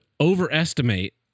overestimate